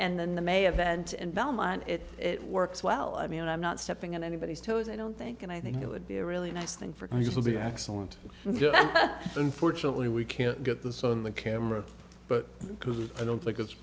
and then the may event and belmont if it works well i mean i'm not stepping on anybody's toes i don't think and i think it would be a really nice thing for you to be excellent yeah unfortunately we can't get this on the camera but i don't think it's